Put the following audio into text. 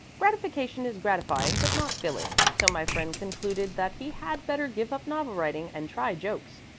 gratification is gratifying but not filling, so my friend concluded that he had better give up novel-writing and try jokes.